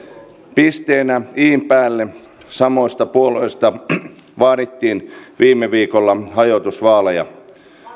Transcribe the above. pisteenä in päälle samoista puolueista vaadittiin viime viikolla hajotusvaaleja